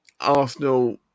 Arsenal